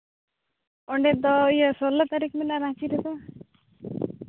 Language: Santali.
ᱚᱸᱰᱮ ᱫᱚ ᱥᱳᱞᱞᱳ ᱛᱟᱹᱨᱤᱠᱷ ᱢᱮᱱᱟᱜᱼᱟ ᱨᱟᱹᱪᱤ ᱨᱮᱫᱚ